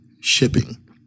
shipping